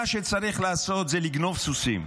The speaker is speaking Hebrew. שצריך לעשות זה לגנוב סוסים.